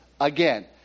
again